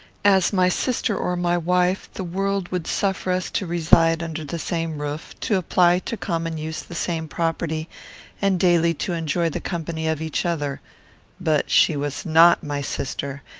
as my sister or my wife, the world would suffer us to reside under the same roof to apply to common use the same property and daily to enjoy the company of each other but she was not my sister,